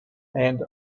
and